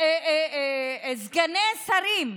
סגני שרים,